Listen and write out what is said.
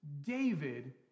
David